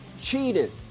cheated